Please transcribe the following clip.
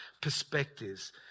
perspectives